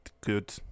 good